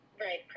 Right